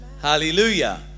hallelujah